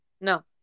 No